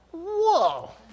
whoa